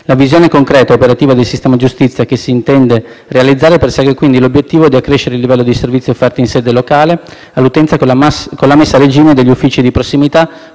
La visione concreta ed operativa del sistema giustizia che si intende realizzare, persegue, infatti, l'obiettivo di accrescere il livello di servizi offerti in sede locale all'utenza con la messa a regime degli uffici di prossimità